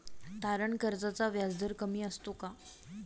तारण कर्जाचा व्याजदर कमी असतो का?